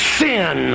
sin